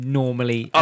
normally